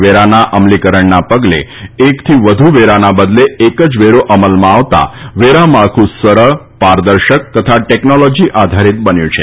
વેરાના અમલીકરણના પગલે એકથી વધુ વેરાના બદલે એક જ વેરો અમલમાં આવતા વેરા માળખું સરળ પારદર્શક તથા ટેકનોલોજી આધારીત બન્યું છે